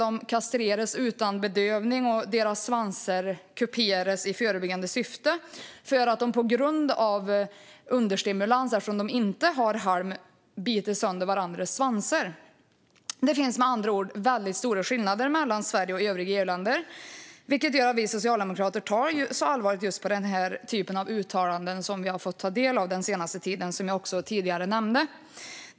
De kastreras utan bedövning, och deras svansar kuperas i förebyggande syfte för att de på grund av understimulans - eftersom de inte har halm - biter sönder varandras svansar. Det finns med andra ord väldigt stora skillnader mellan Sverige och övriga EU-länder, vilket gör att vi socialdemokrater tar allvarligt på den typ av uttalanden som vi har fått ta del av den senaste tiden.